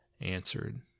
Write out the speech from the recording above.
answered